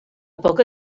poca